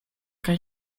kaj